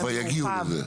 אה הם כבר יגיעו לזה?